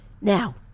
Now